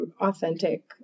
authentic